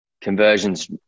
conversions